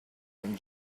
and